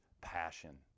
passion